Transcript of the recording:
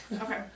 Okay